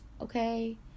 okay